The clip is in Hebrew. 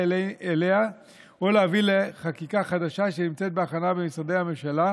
אליה או להביא לחקיקה חדשה שנמצאת בהכנה במשרדי הממשלה.